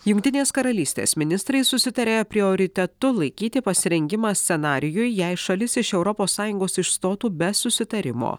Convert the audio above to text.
jungtinės karalystės ministrai susitarė prioritetu laikyti pasirengimą scenarijui jei šalis iš europos sąjungos išstotų be susitarimo